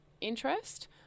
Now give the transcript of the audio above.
interest